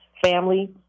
family